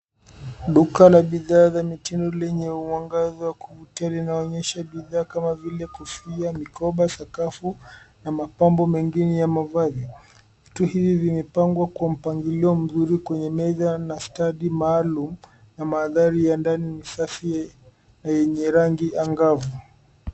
Duka la bidhaa za mitindo lenye mwangaza wa kuvutia linaonyesha bidhaa kama vile kofia, mikoba, sakafu na mapambo mengine ya mavazi. Vitu hivi vimepangwa kwa mpangilio ulio mzuri kwenye meza na stendi maalum na mandhari ya ndani ni safi na yenye rangi angavu.